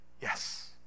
yes